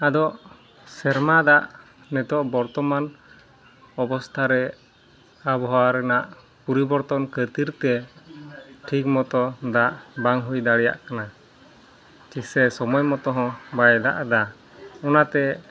ᱟᱫᱚ ᱥᱮᱨᱢᱟ ᱫᱟᱜ ᱱᱤᱛᱚᱜ ᱵᱚᱨᱛᱚᱢᱟᱱ ᱚᱵᱚᱥᱛᱷᱟᱨᱮ ᱟᱵᱚᱦᱟᱣᱟ ᱨᱮᱱᱟᱜ ᱯᱚᱨᱤᱵᱚᱨᱛᱚᱱ ᱠᱷᱟᱹᱛᱤᱨᱛᱮ ᱴᱷᱤᱠᱢᱚᱛᱚ ᱫᱟᱜ ᱵᱟᱝ ᱦᱩᱭᱫᱟᱲᱮᱭᱟᱜ ᱠᱟᱱᱟ ᱥᱮ ᱥᱚᱢᱚᱭᱢᱚᱛᱚᱦᱚᱸ ᱵᱟᱭ ᱫᱟᱜ ᱮᱫᱟ ᱚᱱᱟᱛᱮ